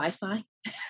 Wi-Fi